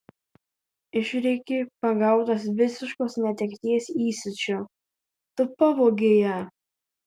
išrėkė pagautas visiškos netekties įsiūčio tu pavogei ją